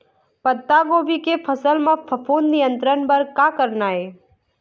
पत्तागोभी के फसल म फफूंद नियंत्रण बर का करना ये?